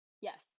Yes